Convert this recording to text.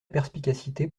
perspicacité